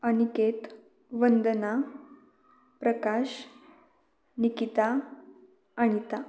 Aniket Vandana Prakash Nikita Anita